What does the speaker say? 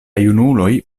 junuloj